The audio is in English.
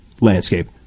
landscape